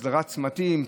הסדרת צמתים,